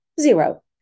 zero